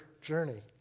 journey